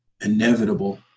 inevitable